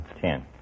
Ten